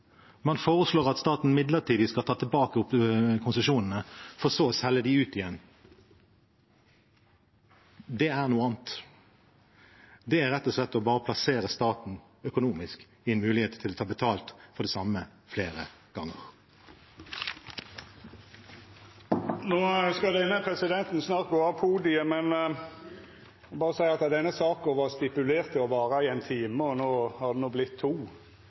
man foreslår, man foreslår at staten midlertidig skal ta tilbake konsesjonene, for så å selge dem ut igjen. Det er noe annet. Det er rett og slett bare å plassere staten økonomisk, gi en mulighet til å ta betalt for det samme flere ganger. Denne presidenten skal snart gå av podiet, men han vil berre seia at denne saka var stipulert til å vara éin time, og no har det vorte to.